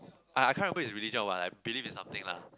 I I can't remember is religion or what like believe in something lah